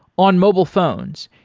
on mobile phones,